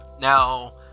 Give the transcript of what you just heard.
now